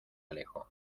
alejó